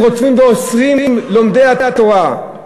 הם רודפים ואוסרים את לומדי התורה.